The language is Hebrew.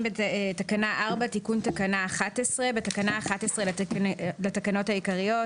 תיקון תקנה 11 4. בתקנה 11 לתקנות העיקריות,